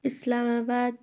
Islamabad